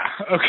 okay